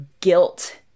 guilt